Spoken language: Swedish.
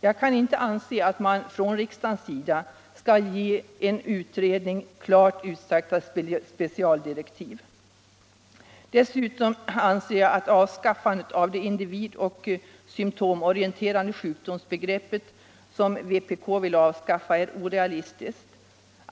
Jag kan inte anse att det är riktigt att riksdagen ger en utredning klart utsagda specialdirektiv. Dessutom anser jag att förslaget om avskaffande av det individoch symtomorienterade sjukdomsbegreppet är orealistiskt.